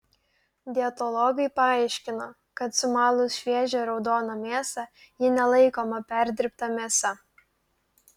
dietologai paaiškino kad sumalus šviežią raudoną mėsą ji nelaikoma perdirbta mėsa